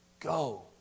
Go